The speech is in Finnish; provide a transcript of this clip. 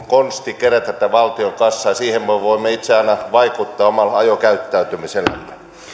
konsti kerätä tätä valtion kassaa ja siihen me voimme itse aina vaikuttaa omalla ajokäyttäytymisellämme